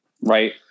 right